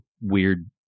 weird